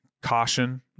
Caution